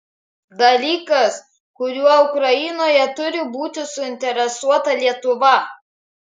dalykas kuriuo ukrainoje turi būti suinteresuota lietuva